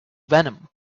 venom